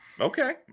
Okay